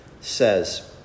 says